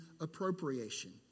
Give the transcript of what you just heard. appropriation